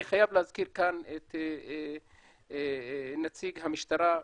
אני חייב להזכיר כאן את נציג המשטרה,